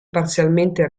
parzialmente